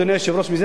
אדוני היושב-ראש,